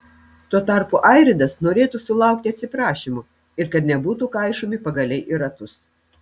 tuo tarpu airidas norėtų sulaukti atsiprašymo ir kad nebūtų kaišomi pagaliai į ratus